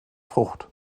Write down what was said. frucht